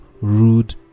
rude